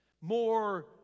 more